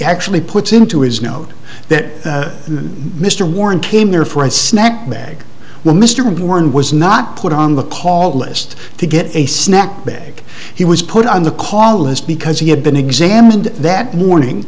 actually puts into his note that mr warren came there for a snack bag while mr morgan was now not put on the call list to get a snack bag he was put on the call list because he had been examined that morning